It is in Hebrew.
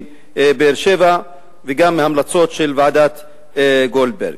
באר-שבע וגם מההמלצות של ועדת-גולדברג.